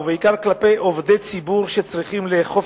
ובעיקר כלפי עובדי ציבור שצריכים לאכוף